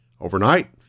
Overnight